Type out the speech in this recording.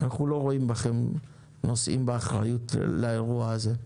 אנחנו לא רואים בכן נושאים באחריות לאירוע הזה.